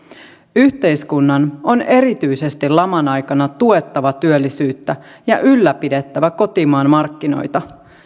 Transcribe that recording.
yhteiskunnan on erityisesti laman aikana tuettava työllisyyttä ja ylläpidettävä kotimaan markkinoita